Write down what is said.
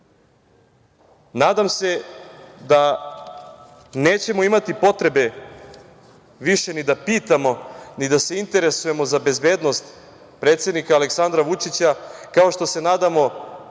se da nećemo imati potrebe više ni da pitamo, ni da se interesujemo za bezbednost predsednika Aleksandra Vučića, kao što se nadamo